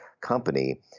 company